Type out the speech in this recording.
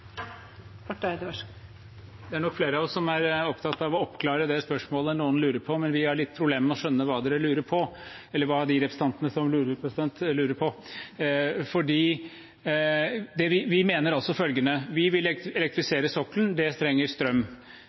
Det er nok flere av oss som er opptatt av å oppklare det spørsmålet noen lurer på, men vi har litt problemer med å skjønne hva man lurer på. Vi mener altså følgende: Vi vil elektrifisere sokkelen, og det trenger strøm. Vi trenger derfor kabler fra land. Så vil